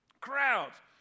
Crowds